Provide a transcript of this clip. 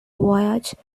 voyage